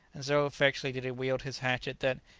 and so effectually did he wield his hatchet that,